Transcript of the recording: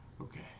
Okay